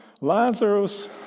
Lazarus